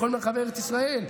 לטובת אזרחי ישראל.